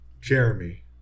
Jeremy